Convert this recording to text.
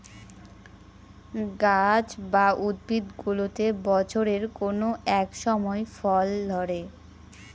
গাছ বা উদ্ভিদগুলোতে বছরের কোনো এক সময় ফল ধরে